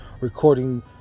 recording